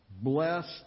blessed